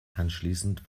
anschließend